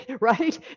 right